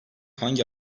hangi